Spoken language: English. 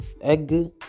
egg